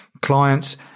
clients